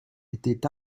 étaient